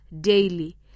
daily